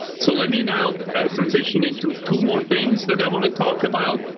so let me now transition into two more things that i want to talk about.